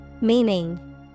Meaning